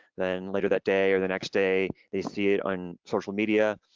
then later that day or the next day they see it on social media,